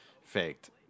faked